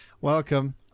welcome